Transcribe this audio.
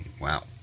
wow